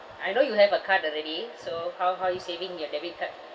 I know you have a card already so how how you saving your debit card